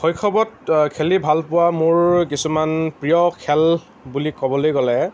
শৈশৱত খেলি ভাল পোৱা মোৰ কিছুমান প্ৰিয় খেল বুলি ক'বলৈ গ'লে